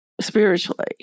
spiritually